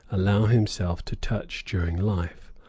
allow himself to touch during life,